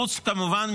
כמובן,